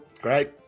great